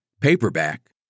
paperback